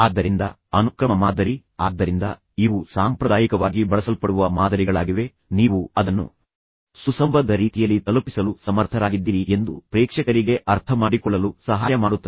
ಆದ್ದರಿಂದ ಅನುಕ್ರಮ ಮಾದರಿ ಆದ್ದರಿಂದ ಇವು ಸಾಂಪ್ರದಾಯಿಕವಾಗಿ ಬಳಸಲ್ಪಡುವ ಮಾದರಿಗಳಾಗಿವೆ ನೀವು ಅದನ್ನು ಸುಸಂಬದ್ಧ ರೀತಿಯಲ್ಲಿ ತಲುಪಿಸಲು ಸಮರ್ಥರಾಗಿದ್ದೀರಿ ಎಂದು ಪ್ರೇಕ್ಷಕರಿಗೆ ಅರ್ಥಮಾಡಿಕೊಳ್ಳಲು ಸಹಾಯ ಮಾಡುತ್ತದೆ